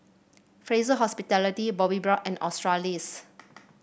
Fraser Hospitality Bobbi Brown and Australis